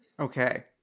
Okay